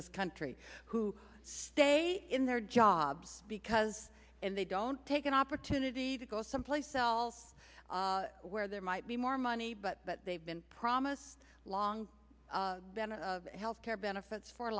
this country who stay in their jobs because and they don't take an opportunity to go someplace else where there might be more money but but they've been promised long better health care benefits for